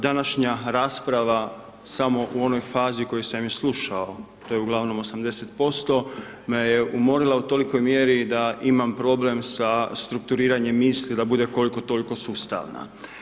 Današnja rasprava samo u onoj fazi koju sam i slušao, to je uglavnom 80% me je umorila u tolikoj mjeri da imam problem sa strukturiranjem misli da bude koliko toliko sustavno.